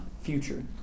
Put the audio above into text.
future